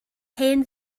hen